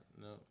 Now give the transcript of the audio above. No